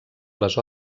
les